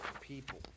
people